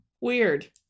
Weird